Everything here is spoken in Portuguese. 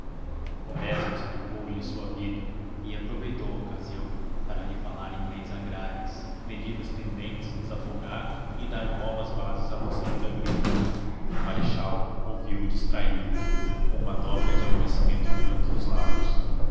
tempo quaresma explicou-lhe a sua vida e aproveitou a ocasião para lhe falar em leis agrárias medidas tendentes a desafogar e dar novas bases à nossa vida agrícola o marechal ouviu-o distraído com uma dobra de aborrecimento no canto dos lábios